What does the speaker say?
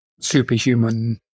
superhuman